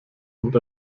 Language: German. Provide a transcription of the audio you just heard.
und